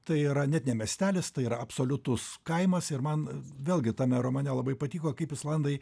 tai yra net ne miestelis tai yra absoliutus kaimas ir man vėlgi tame romane labai patiko kaip islandai